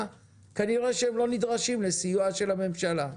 אז כנראה הם לא נדרשים לסיוע של הממשלה.